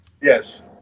Yes